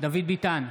דוד ביטן,